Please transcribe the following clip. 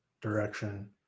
direction